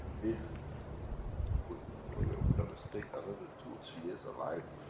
if queen victoria would have stayed another two-three years alive,